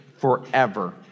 forever